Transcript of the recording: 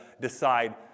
decide